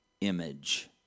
image